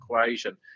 equation